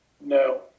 No